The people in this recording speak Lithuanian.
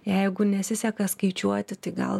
jeigu nesiseka skaičiuoti tai gal